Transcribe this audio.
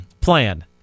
plan